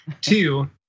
Two